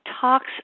talks